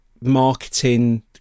marketing